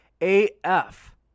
AF